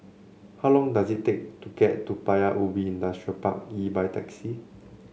how long does it take to get to Paya Ubi Industrial Park E by taxi